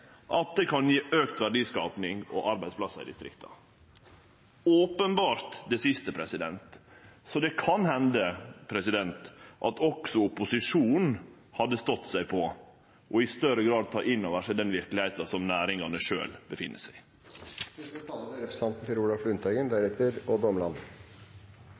at det kan gje auka verdiskaping og arbeidsplassar i distrikta? Det er openbert det siste. Så det kan hende at også opposisjonen hadde stått seg på i større grad å ta inn over seg den verkelegheita som næringane